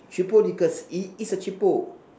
cheapo liquors it it's a cheapo